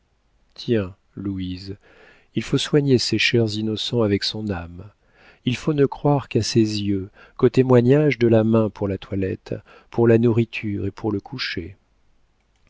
tiens louise il faut soigner ces chers innocents avec son âme il faut ne croire qu'à ses yeux qu'au témoignage de la main pour la toilette pour la nourriture et pour le coucher